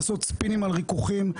לעשות ספינים על ריכוכים,